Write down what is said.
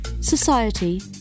Society